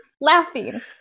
laughing